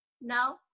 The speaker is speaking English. No